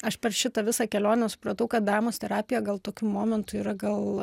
aš per šitą visą kelionę supratau kad dramos terapija gal tokiu momentu yra gal